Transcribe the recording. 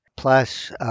Plus